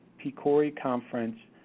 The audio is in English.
pcori conference,